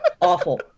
awful